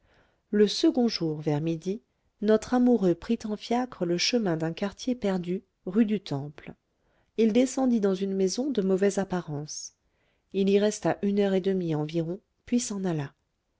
le second jour vers midi notre amoureux prit en fiacre le chemin d'un quartier perdu rue du temple il descendit dans une maison de mauvaise apparence il y resta une heure et demie environ puis s'en alla